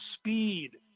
speed